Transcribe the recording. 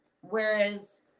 whereas